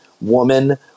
woman